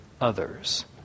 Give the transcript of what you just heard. others